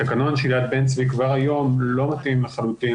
התקנון של יד בן-צבי כבר היום לא מתאים לחלוטין